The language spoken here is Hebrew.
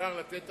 ובעיקר לתת